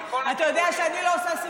אתה יודע שאני לא עושה,